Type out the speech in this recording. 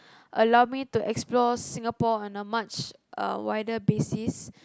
allow me to explore Singapore in a much a wider basis